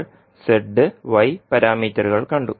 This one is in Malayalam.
നമ്മൾ z y പാരാമീറ്ററുകൾ കണ്ടു